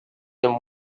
and